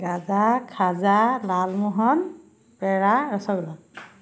গাজা খাজা লালমোহন পেৰা ৰচগোলা